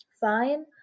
fine